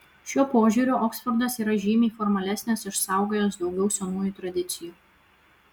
šiuo požiūriu oksfordas yra žymiai formalesnis išsaugojęs daugiau senųjų tradicijų